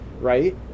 right